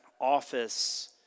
office